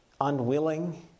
unwilling